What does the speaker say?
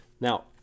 Now